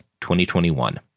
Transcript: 2021